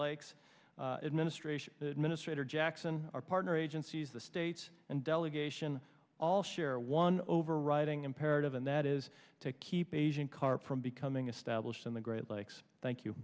lakes administration minister jackson our partner agencies the state and delegation all share one overriding imperative and that is to keep asian carp from becoming established in the great lakes thank you